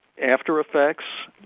after-effects